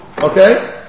okay